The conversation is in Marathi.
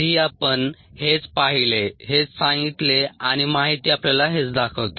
आधी आपण हेच पाहिले हेच सांगितले आणि माहिती आपल्याला हेच दाखवते